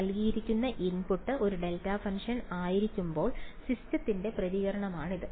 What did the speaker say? നൽകിയിരിക്കുന്ന ഇൻപുട്ട് ഒരു delta function ആയിരിക്കുമ്പോൾ സിസ്റ്റത്തിന്റെ പ്രതികരണമാണിത്